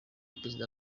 perezida